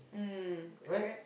mm correct